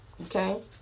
Okay